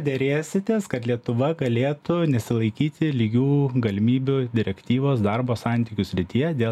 derėsitės kad lietuva galėtų nesilaikyti lygių galimybių direktyvos darbo santykių srityje dėl